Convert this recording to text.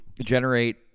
generate